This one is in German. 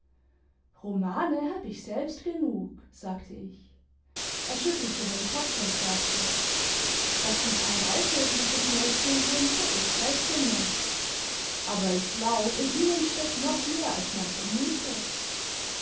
romane hab ich selbst genug sage ich er schüttelte den kopf imd sagte daß sie kein alltägliches mädchen sind hab ich gleich gemerkt aber ich glaub in ihnen steckt noch mehr als man vermutet